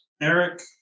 Eric